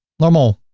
normal,